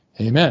amen